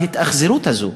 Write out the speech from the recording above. וההתאכזרות הזאת.